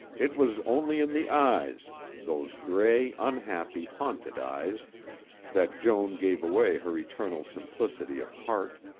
it was only in the eyes those gray, unhappy, haunted eyes that joan gave away her eternal simplicity of heart.